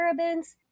parabens